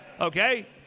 Okay